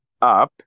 up